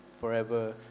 forever